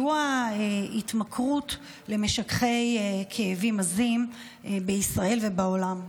והוא ההתמכרות למשככי כאבים עזים בישראל ובעולם.